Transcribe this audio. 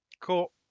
Cool